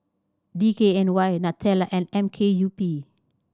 D K N Y Nutella and M K U P